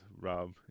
Rob